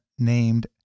named